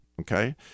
okay